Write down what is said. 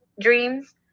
dreams